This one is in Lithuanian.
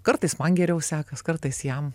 kartais man geriau sekas kartais jam